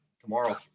tomorrow